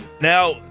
Now